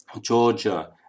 Georgia